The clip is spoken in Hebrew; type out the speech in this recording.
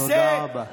תודה רבה.